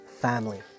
family